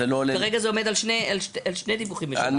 כרגע זה עומד על שני דיווחים לשנה.